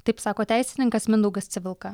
taip sako teisininkas mindaugas civilka